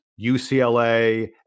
UCLA